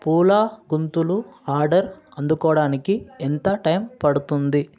పూల గుంతులు ఆర్డర్ అందుకోడానికి ఎంత టైం పడుతుంది